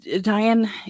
Diane